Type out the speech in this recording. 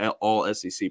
all-SEC